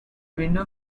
window